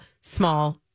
small